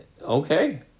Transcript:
Okay